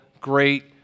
great